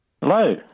Hello